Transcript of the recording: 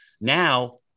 Now